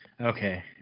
Okay